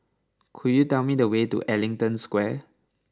could you tell me the way to Ellington Square